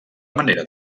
manera